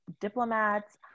diplomats